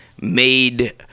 made